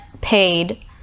paid